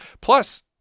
Plus